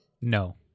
No